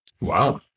Wow